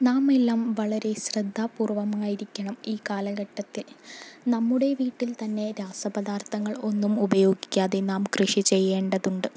നാമെല്ലാം വളരെ ശ്രദ്ധാപൂർവ്വമായിരിക്കണം ഈ കാലഘട്ടത്തെ നമ്മുടെ വീട്ടിൽ തന്നെ രാസപദാത്ഥങ്ങൾ ഒന്നും ഉപയോഗിക്കാതെ നാം കൃഷി ചെയ്യേണ്ടതുണ്ട്